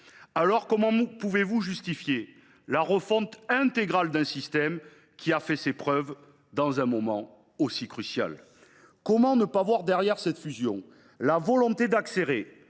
SMR. Comment pouvez vous justifier la refonte intégrale d’un système qui a fait ses preuves, dans un moment aussi crucial ? Comment ne pas voir derrière cette fusion la volonté d’accélérer